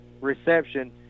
reception